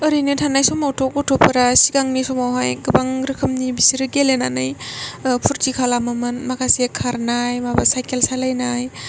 ओरैनो थानाय समावथ' गथ'फोरा सिगांनि समावहाय गोबां रोखोमनि बिसोरो गेलेनानै फुरथि खालामोमोन माखासे खारनाय साइखेल सालायनाय